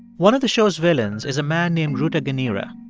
one of the show's villains is a man named rutaganira.